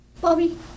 Bobby